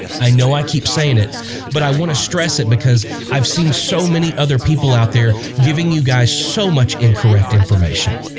i know i keep saying it but i want to stress it because i've seen so many other people out there giving you guys so much incorrect information